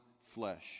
flesh